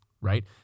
right